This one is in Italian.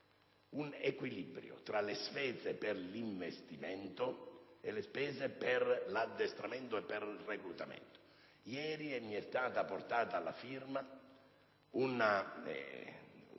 un equilibrio tra le spese per l'investimento e quelle per l'addestramento e per il reclutamento. Ieri mi è stato portato alla firma un